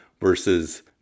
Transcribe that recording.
versus